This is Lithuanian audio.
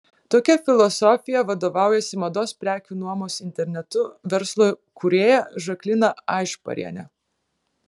tokia filosofija vadovaujasi mados prekių nuomos internetu verslo kūrėja žaklina aišparienė